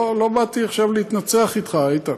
לא באתי עכשיו להתנצח אתך, איתן.